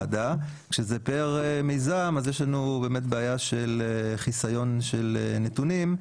כשזה פר מיזם אז באמת יש לנו בעיה של חיסיון של נתונים,